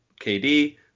KD